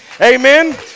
Amen